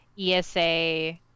ESA